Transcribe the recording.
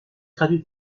traduit